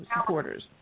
supporters